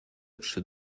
trzy